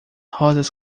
rosas